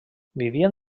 vivien